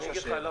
אני אגיד לך.